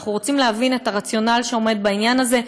ואנחנו רוצים להבין את הרציונל שעומד בעניין הזה.